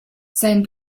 sein